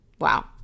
Wow